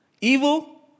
Evil